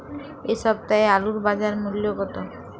এ সপ্তাহের আলুর বাজার মূল্য কত?